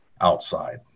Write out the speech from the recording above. outside